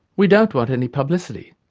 we don't want any publicity,